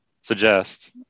suggest